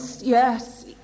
yes